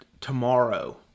Tomorrow